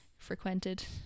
frequented